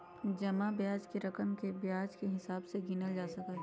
जमा ब्याज के रकम के ब्याज के हिसाब से गिनल जा सका हई